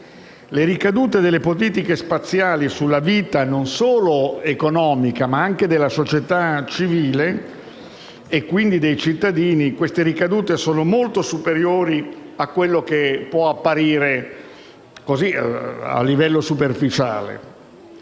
le ricadute delle politiche spaziali sulla vita non solo economica, ma anche civile e quindi dei cittadini, sono molto superiori a quello che può apparire a livello superficiale.